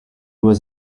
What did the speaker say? was